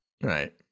Right